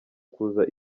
kuza